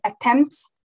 attempts